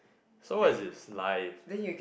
so what is this live